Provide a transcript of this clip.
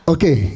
Okay